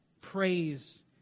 praise